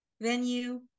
venue